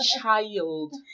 child